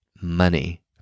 money